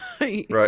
right